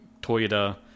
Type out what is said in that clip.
Toyota